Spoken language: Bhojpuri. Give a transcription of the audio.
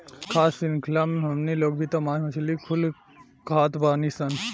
खाद्य शृंख्ला मे हमनी लोग भी त मास मछली कुल खात बानीसन